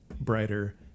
Brighter